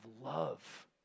love